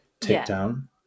takedown